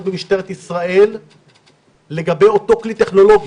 במשטרת ישראל לגבי אותו כלי טכנולוגי.